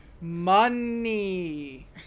Money